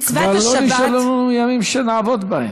כבר לא נשארו לנו ימים שנעבוד בהם.